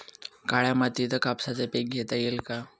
काळ्या मातीत कापसाचे पीक घेता येईल का?